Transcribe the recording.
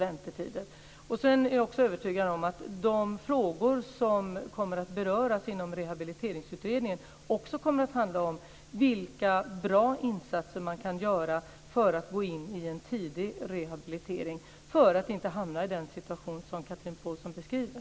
Jag är övertygad om att man inom Rehabliteringsutredningen också kommer att beröra frågor om vilka bra insatser som kan göras för att individen ska kunna gå in i en tidig rehabilitering, för att han eller hon inte ska hamna i den situation som Chatrine Pålsson beskriver.